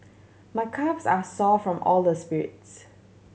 my calves are sore from all the spirits